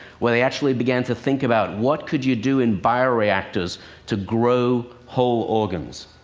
where they actually began to think about, what could you do in bio-reactors to grow whole organs?